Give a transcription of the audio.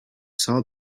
saw